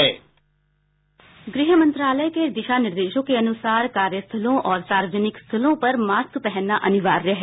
sound bite गृह मंत्रालय के दिशा निर्देशों के अनुसार कार्यस्थलों और सार्वजनिक स्थलों पर मास्क पहनना अनिवार्य है